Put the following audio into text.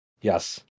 Yes